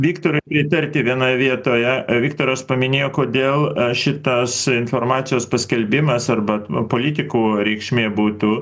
viktorui pritarti vienoj vietoje viktoras paminėjo kodėl šitas informacijos paskelbimas arba politikų reikšmė būtų